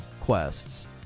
quests